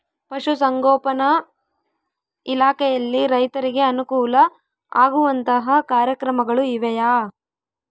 ಪಶುಸಂಗೋಪನಾ ಇಲಾಖೆಯಲ್ಲಿ ರೈತರಿಗೆ ಅನುಕೂಲ ಆಗುವಂತಹ ಕಾರ್ಯಕ್ರಮಗಳು ಇವೆಯಾ?